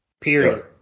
period